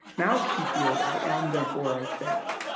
now she feels, i am, therefore, i think.